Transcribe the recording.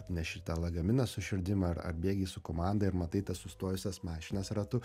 neši tą lagaminą su širdim ar ar bėgi su komanda ir matai tas sustojusias mašinas ratu